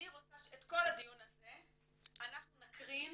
אני רוצה שאת כל הדיון הזה אנחנו נקרין